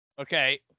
Okay